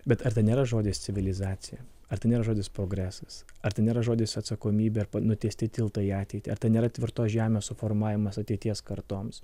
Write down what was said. bet ar tai nėra žodis civilizacija ar tai nėra žodis progresas ar tai nėra žodis atsakomybė nutiesti tiltą į ateitį ar tai nėra tvirtos žemės suformavimas ateities kartoms